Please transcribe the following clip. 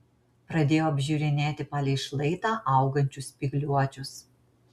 pradėjo apžiūrinėti palei šlaitą augančius spygliuočius